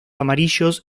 amarillos